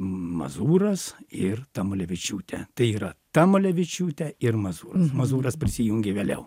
mazūras ir tamulevičiūtė tai yra tamalevičiūtė ir mazūras mazūras prisijungė vėliau